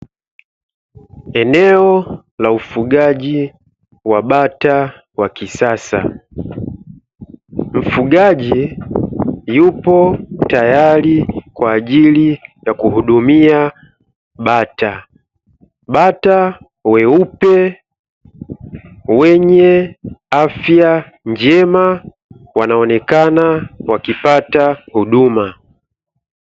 Eneo la ufugaji wa bata wa kisasa. Mfugaji yupo tayari kwa ajili ya kuhudumia bata. Bata weupe wenye afya njema wanaonekana wakifuata huduma.